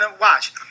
Watch